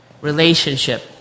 relationship